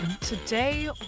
Today